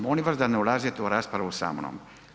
Molim vas da ne ulazite u raspravu samnom.